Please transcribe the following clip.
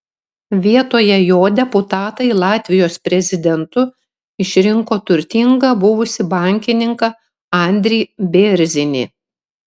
vietoje jo deputatai latvijos prezidentu išrinko turtingą buvusį bankininką andrį bėrzinį